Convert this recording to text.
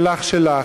שלך שלך,